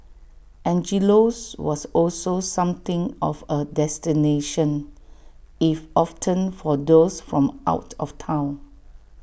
Angelo's was also something of A destination if often for those from out of Town